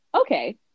okay